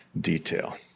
detail